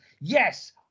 yes